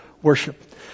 worship